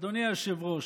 אדוני היושב-ראש,